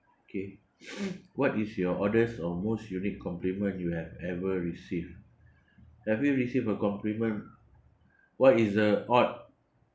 okay what is your oddest or most unique compliment you have ever received have you received a compliment what is the odd